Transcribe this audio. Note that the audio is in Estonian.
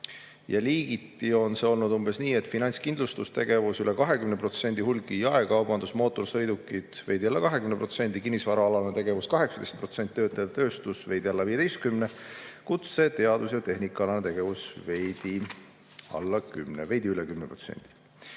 Ja liigiti on see olnud umbes nii, et finantskindlustustegevus üle 20%, hulgi‑ ja jaekaubandus, mootorsõidukid veidi alla 20%, kinnisvaraalane tegevus 18%, töötlev tööstus veidi alla 15%, kutse‑, teadus‑ ja tehnikaalane tegevus veidi üle 10%. Nüüd eelnõu